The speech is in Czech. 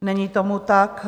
Není tomu tak.